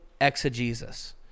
exegesis